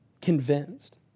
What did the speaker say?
convinced